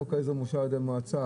חוק העזר מאושר על ידי המועצה.